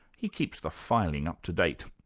he keeps the filing up to date.